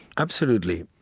absolutely.